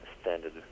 standard